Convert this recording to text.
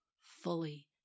fully